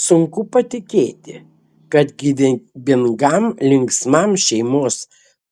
sunku patikėti kad gyvybingam linksmam šeimos